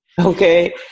Okay